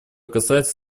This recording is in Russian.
касается